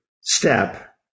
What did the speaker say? step